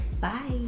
bye